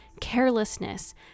carelessness